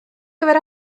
gyfer